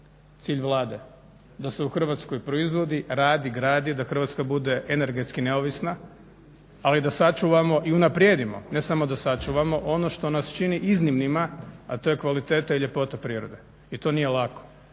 cilj Vlade, da se u Hrvatskoj proizvodi, radi i gradi da Hrvatska bude energetski neovisna, ali da sačuvamo i da unaprijedimo, ne samo da sačuvamo ono što nas čini iznimnima, a to je kvaliteta i ljepota prirode. I to nije lako.